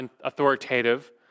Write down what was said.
authoritative